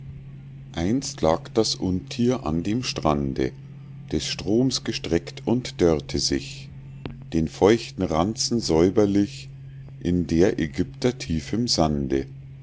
einst lag das unthier an dem strande des stroms gestreckt und dörrte sich den feuchten ranzen säuberlich in der aegypter tiefem sande